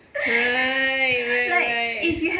right right right